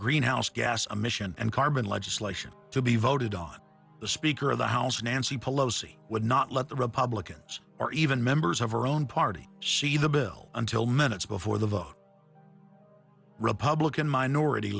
greenhouse gas emission and carbon legislation to be voted on the speaker of the house nancy pelosi would not let the republicans or even members of her own party see the bill until minutes before the vote republican minority